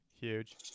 huge